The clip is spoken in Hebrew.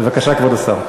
בבקשה, כבוד השר.